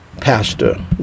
pastor